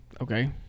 Okay